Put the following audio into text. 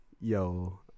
yo